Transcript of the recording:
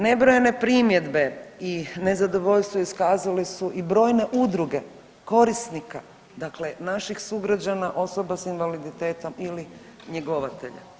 Nebrojene primjedbe i nezadovoljstvo iskazale su i brojne udruge korisnika, dakle naših sugrađana, osoba s invaliditetom ili njegovatelja.